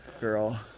girl